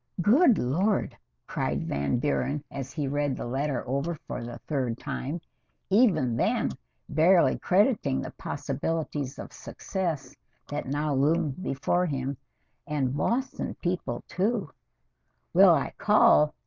good lord cried van buuren as he read the letter over for the third time even then barely crediting the possibilities of success that now loomed before him and boston people to will i call?